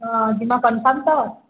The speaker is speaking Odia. ହଁ ଜିମା କନଫର୍ମ ତ